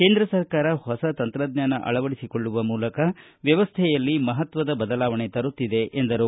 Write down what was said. ಕೇಂದ್ರ ಸರ್ಕಾರ ಹೊಸ ತಂತ್ರಜ್ಞಾನ ಅಳವಡಿಸೊಳ್ಳುವ ಮೂಲಕ ವ್ಯವಸ್ಥೆಯಲ್ಲಿ ಮಹತ್ವದ ಬದಲಾವಣೆ ತರುತ್ತಿದೆ ಎಂದರು